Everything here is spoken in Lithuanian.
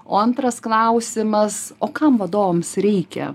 o antras klausimas o kam vadovams reikia